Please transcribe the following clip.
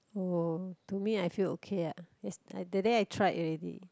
oh to me I feel okay ah that day I tried already